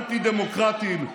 אנטי-דמוקרטיים,